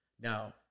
Now